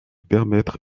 permettre